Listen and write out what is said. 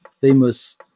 famous